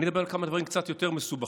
אני אדבר על כמה דברים קצת יותר מסובכים,